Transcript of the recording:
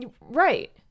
Right